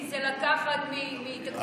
כי זה לקחת מתקציבים אחרים,